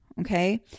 Okay